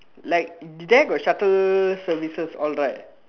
like there got shuttle services all right